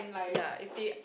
ya if they